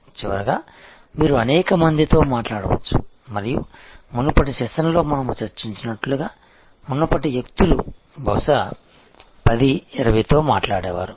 చివరగా మీరు అనేక మందితో మాట్లాడవచ్చు మరియు మునుపటి సెషన్లో మనము చర్చించినట్లుగా మునుపటి వ్యక్తులు బహుశా 10 20 తో మాట్లాడేవారు